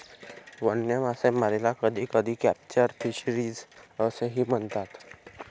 वन्य मासेमारीला कधीकधी कॅप्चर फिशरीज असेही म्हणतात